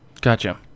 Gotcha